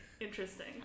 interesting